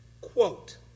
quote